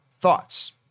thoughts